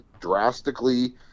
drastically